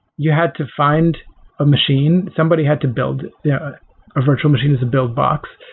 you had to find a machine. somebody had to build yeah a virtual machine as a build box.